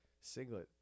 Singlet